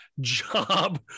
job